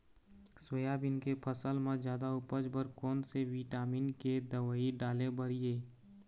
Soybean के फसल म जादा उपज बर कोन से विटामिन के दवई डाले बर ये?